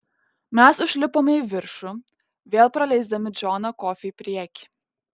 mes užlipome į viršų vėl praleisdami džoną kofį į priekį